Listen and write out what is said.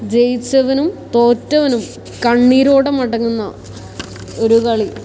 ജയിച്ചവനും തോറ്റവനും കണ്ണീരോടെ മടങ്ങുന്ന ഒരു കളി